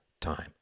time